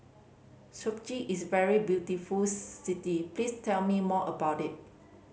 is a very beautiful city please tell me more about it